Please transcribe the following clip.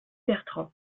bertrand